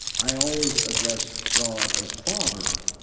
i always addressed god as father.